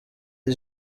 iyi